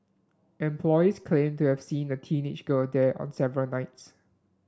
employees claimed to have seen a teenage girl there on several nights